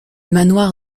manoir